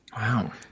Wow